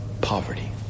poverty